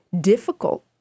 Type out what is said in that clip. difficult